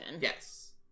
Yes